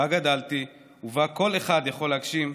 שבה גדלתי ובה כל אחד יכול להגשים חלום,